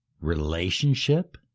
relationship